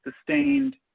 sustained